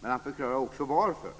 men han förklarade också varför.